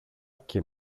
και